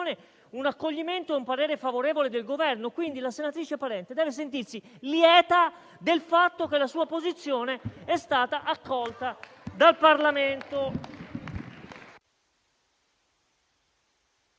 un accoglimento e un parere favorevole del Governo. Quindi, la senatrice Parente deve sentirsi lieta del fatto che la sua posizione è stata accolta dal Parlamento.